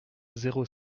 zéro